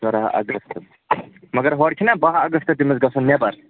شُراہ اَگَستہٕ مگر ہورٕ چھُ نا باہ اَگَستہٕ تٔمِس گَژھُن نٮ۪بَر